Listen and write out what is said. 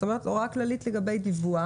זאת אומרת, הוראה כללית לגבי דיווח.